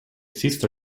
sista